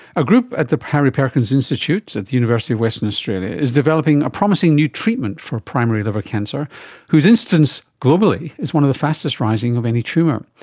a group at the harry perkins institute at the university of western australia is developing a promising new treatment for primary liver cancer whose incidence globally is one of the fastest rising of any tumour.